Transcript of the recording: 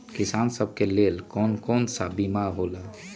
किसान सब के लेल कौन कौन सा बीमा होला?